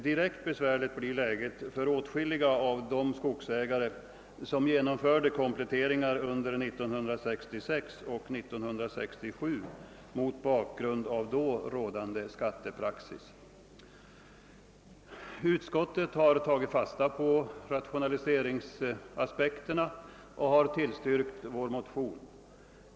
Direkt besvärligt blir läget för åtskilliga skogsägare som genomförde kompletteringar under åren 1966 och 1967 mot bakgrund av då rådande skattepraxis. Utskottet har tagit fasta på rationaliseringsaspekterna och tillstyrkt motionerna.